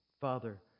father